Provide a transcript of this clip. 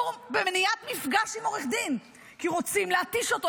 במניעת מפגש עם עורך דין, כי רוצים להתיש אותו.